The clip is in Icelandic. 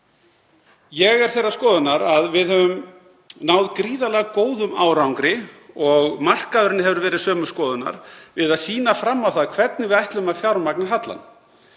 Ég er þeirrar skoðunar að við höfum náð gríðarlega góðum árangri, og markaðurinn hefur verið sömu skoðunar, við að sýna fram á það hvernig við ætlum að fjármagna hallann.